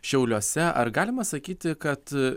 šiauliuose ar galima sakyti kad